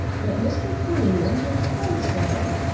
but mr. twentyman had proposed to her,